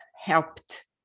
helped